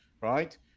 right